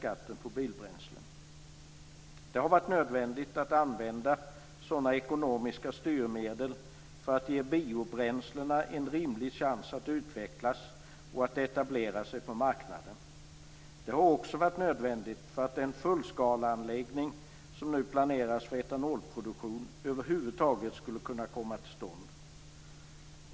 Det har varit nödvändigt att använda sådana ekonomiska styrmedel för att ge biobränslena en rimlig chans att utvecklas och att etablera sig på marknaden. Det har också varit nödvändigt för att den fullskaleanläggning som nu planeras för etanolproduktion över huvud taget skulle kunna komma till stånd.